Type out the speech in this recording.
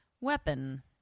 weapon